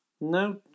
No